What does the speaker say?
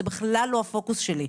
וזה בכלל לא הפוקוס שלי,